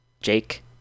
Jake